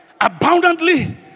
abundantly